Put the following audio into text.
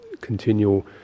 continual